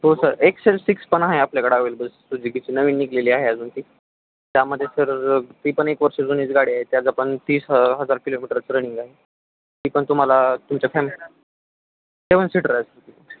हो sir XL six पण आहे आपल्याकडं अवेलेबल सुजुकीची नवीन निघालेली आहे अजून ती त्यामध्ये सर ती पण एक वर्ष जुनीच गाडी आहे त्याचा पण तीस ह हजार किलोमीटरचं रनिंग आहे ती पण तुम्हाला तुमच्या फॅमिली सेवन सीटर आहे सर ती